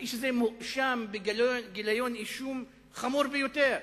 האיש הזה מואשם בגיליון אישום חמור ביותר.